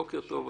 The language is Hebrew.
בוקר טוב,